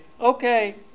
okay